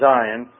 Zion